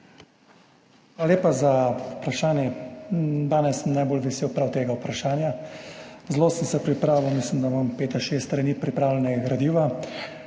Hvala lepa za vprašanje. Danes sem najbolj vesel prav tega vprašanja. Zelo sem se pripravil, mislim, da imam pet ali šest strani pripravljenega gradiva.